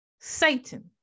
Satan